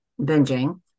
binging